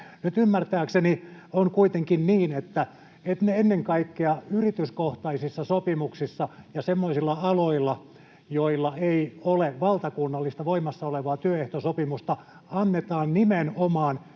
Nyt ymmärtääkseni on kuitenkin niin, että ennen kaikkea yrityskohtaisissa sopimuksissa ja semmoisilla aloilla, joilla ei ole valtakunnallista, voimassa olevaa työehtosopimusta, annetaan nimenomaan